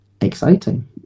exciting